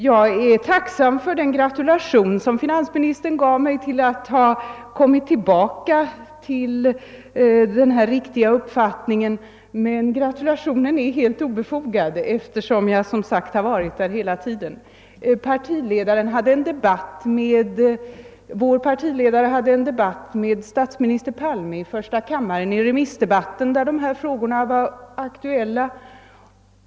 Jag är tacksam för den gratulation som finansministern gav mig till att ha kommit tillbaka till denna riktiga uppfattning, men gratulationen är helt obefogad, eftersom jag som sagt har hyst samma uppfattning hela tiden. Vår partiledare hade en debatt med statsminister Palme i första kammaren under remissdebatten, där dessa frågor var aktuella.